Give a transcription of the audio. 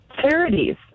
Charities